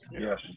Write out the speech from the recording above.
Yes